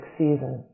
season